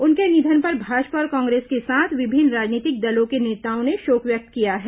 उनके निधन पर भाजपा और कांग्रेस के साथ विभिन्न राजनीतिक दलों के नेताओं ने शोक व्यक्त किया है